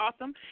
awesome